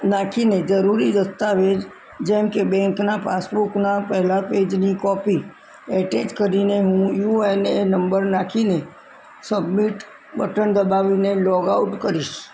નાખીને જરૂરી દસ્તાવેજ જેમકે બેન્કનાં પાસબુકનાં પહેલા પેજની કોપી એટેચ કરીને હું યુ એન એ નંબર નાખીને સબમિટ બટન દબાવીને લોગઆઉટ કરીશ